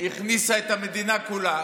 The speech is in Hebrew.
הכניסה את המדינה כולה